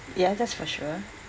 ya that's for sure